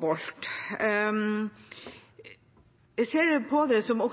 Bolt. Jeg ser også på det som